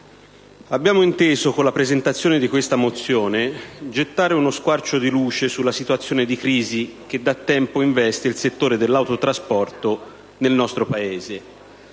colleghi, con la presentazione di questa mozione abbiamo inteso gettare uno squarcio di luce sulla situazione di crisi che da tempo investe il settore dell'autotrasporto nel nostro Paese,